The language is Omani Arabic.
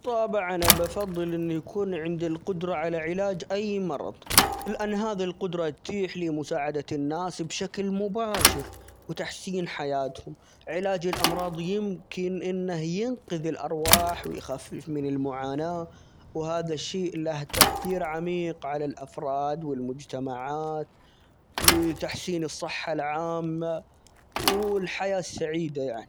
طبعًا بفضل إنه يكون عندي القدرة على علاج أي مرض؛ لأن هذي القدرة تتيح لي مساعدة الناس بشكل مباشر، وتحسين حياتهم، علاج الأمراض يمكن إنه ينقذ الأرواح ،ويخفف من المعاناة، وهذا الشيء له تأثير عميق على الأفراد ،والمجتمعات ،و تحسين الصحة العامة -و-والحياة السعيدة يعني.